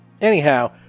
Anyhow